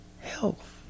health